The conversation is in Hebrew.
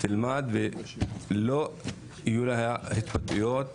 תלמד ולא יהיו לה התבטאויות